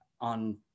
on